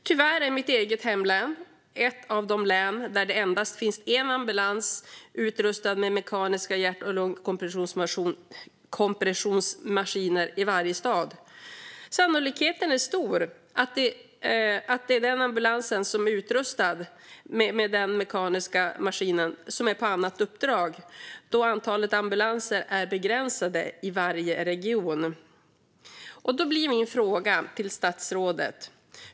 Tyvärr är mitt hemlän ett av de län där det finns endast en ambulans i varje stad utrustad med mekanisk hjärt-lungkompressionsmaskin. Sannolikheten är stor att den ambulans som är utrustad med den mekaniska maskinen är ute på annat uppdrag eftersom antalet ambulanser är begränsat i varje region.